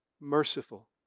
merciful